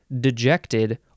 dejected